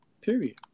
Period